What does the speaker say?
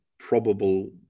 probable